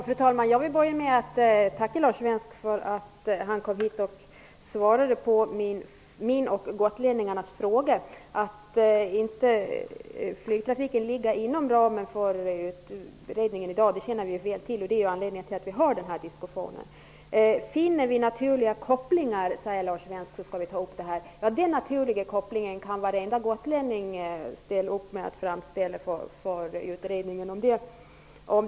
Fru talman! Jag vill tacka Lars Svensk för att han kom hit och svarade på mina och gotlänningarnas frågor. Att flygtrafiken i dag inte ligger inom ramen för utredningen känner vi väl till. Det är ju anledningen till att vi för denna diskussion. Finns det naturliga kopplingar, sade Lars Svensk, skall man även ta upp flygtrafiken till behandling. Ja, dem kan varje gotlänning ange för utredningen.